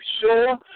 sure